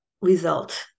result